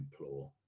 implore